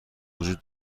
وجود